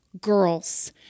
girls